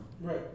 Right